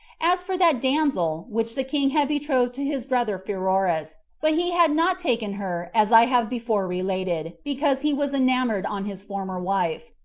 as for that damsel which the king had betrothed to his brother pheroras, but he had not taken her, as i have before related, because he was enamored on his former wife,